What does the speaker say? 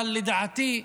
לדעתי,